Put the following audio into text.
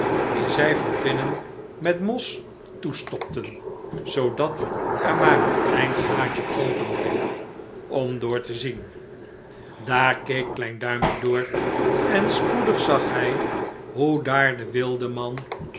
die zij van binnen met mos toestopten zoodat er maar een klein gaatje open bleef om door te zien daar keek klein duimpje door en spoedig zag hij hoe daar de wildeman